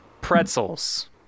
Pretzels